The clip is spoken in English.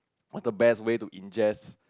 what's the best way to ingest